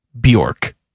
Bjork